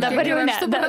dabar jau ne